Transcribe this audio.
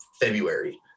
February